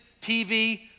TV